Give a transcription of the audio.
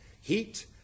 heat